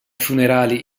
funerali